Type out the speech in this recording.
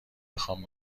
بخوام